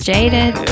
Jaded